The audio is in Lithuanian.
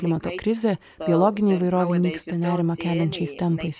klimato krizė biologinė įvairovė nyksta nerimą keliančiais tempais